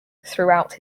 throughout